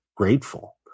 Grateful